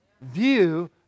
view